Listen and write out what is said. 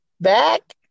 back